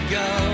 go